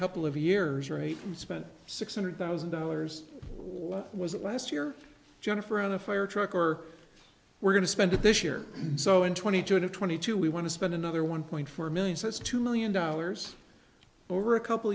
couple of years right and spent six hundred thousand dollars or was it last year jennifer on a fire truck or we're going to spend it this year so in twenty to twenty two we want to spend another one point four million says two million dollars over a couple